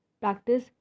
practice